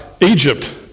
Egypt